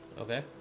Okay